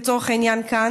לצורך העניין כאן,